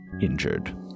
injured